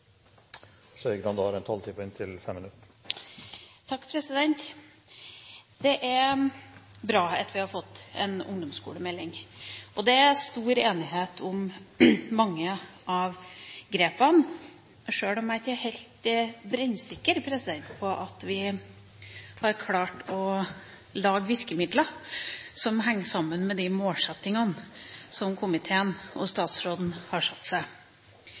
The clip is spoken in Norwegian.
bra at vi har fått en ungdomsskolemelding, og det er stor enighet om mange av grepene, sjøl om jeg ikke er helt brennsikker på at vi har klart å lage virkemidler som henger sammen med de målsettingene som komiteen og statsråden har satt seg.